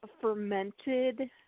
fermented